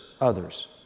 others